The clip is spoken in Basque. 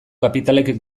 kapitalek